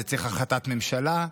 זה צריך החלטת ממשלה,